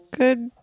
good